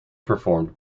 performed